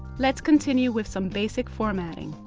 let's continue with some basic formatting.